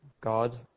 God